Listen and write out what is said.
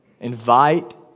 Invite